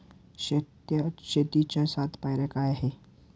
शेतीच्या सात पायऱ्या काय आहेत?